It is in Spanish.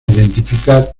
identificar